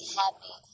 happy